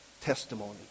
testimony